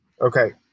Okay